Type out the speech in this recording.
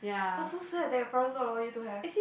but so sad that your parents don't allow you to have